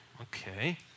Okay